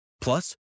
Plus